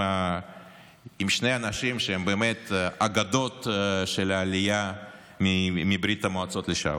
שני אנשים שהם באמת אגדות של העלייה מברית המועצות לשעבר.